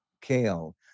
Kale